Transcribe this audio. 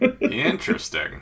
Interesting